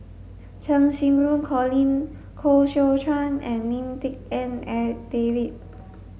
Cheng Xinru Colin Koh Seow Chuan and Lim Tik En David